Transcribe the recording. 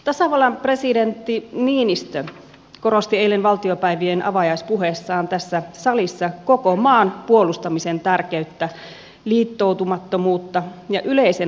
tasavallan presidentti niinistö korosti eilen valtiopäivien avajaispuheessaan tässä salissa koko maan puolustamisen tärkeyttä liittoutumattomuutta ja yleisen asevelvollisuuden turvaamista